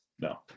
No